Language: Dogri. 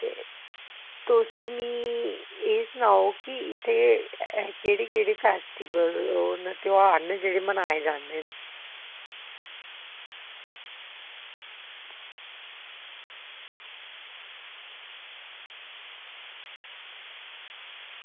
ते तुस मिगी एह् सनाओ की इत्थें केह्ड़ी केह्ड़ी ध्यार जेह्ड़े ओह् मनाये जंदे न